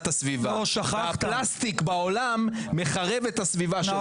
הסביבה והפלסטיק בעולם מחרב את הסביבה שלנו.